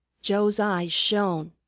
joe's eyes shone.